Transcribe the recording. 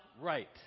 right